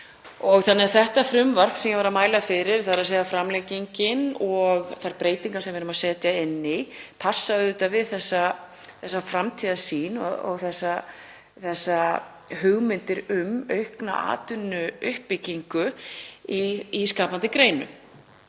og fleira. Þetta frumvarp sem ég var að mæla fyrir, þ.e. framlengingin og þær breytingar sem við erum að setja inn, passar auðvitað við þessa framtíðarsýn og hugmyndir um aukna atvinnuuppbyggingu í skapandi greinum.